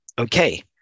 Okay